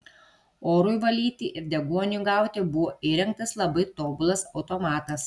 orui valyti ir deguoniui gauti buvo įrengtas labai tobulas automatas